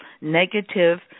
negative